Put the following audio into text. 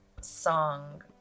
song